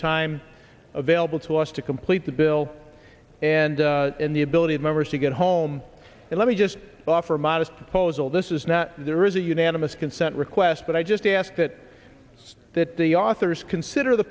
time available to us to complete the bill and in the ability of members to get home and let me just offer a modest proposal this is not there is a unanimous consent request but i just ask that that the authors consider the